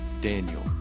Daniel